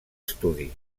estudi